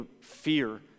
fear